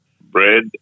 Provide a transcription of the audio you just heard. bread